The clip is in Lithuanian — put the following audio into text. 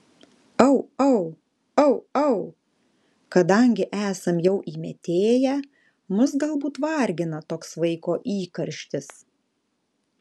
au au au au kadangi esam jau įmetėję mus galbūt vargina toks vaiko įkarštis